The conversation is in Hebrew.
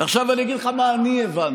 עכשיו אני אגיד לך מה אני הבנתי.